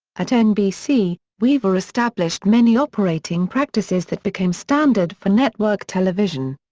at nbc, weaver established many operating practices that became standard for network television.